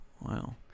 Wow